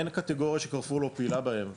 אין קטגוריה ש'קרפור' לא פעילה בה,